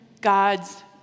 God's